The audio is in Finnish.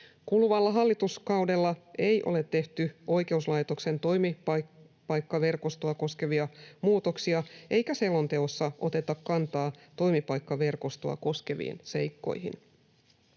Kuluvalla hallituskaudella ei ole tehty oikeuslaitoksen toimipaikkaverkostoa koskevia muutoksia, eikä selonteossa oteta kantaa toimipaikkaverkostoa koskeviin seikkoihin.